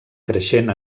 creixent